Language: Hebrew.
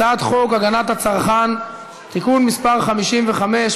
הצעת חוק הגנת הצרכן (תיקון מס' 55)